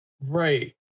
Right